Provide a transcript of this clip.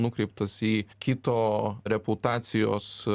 nukreiptas į kito reputacijos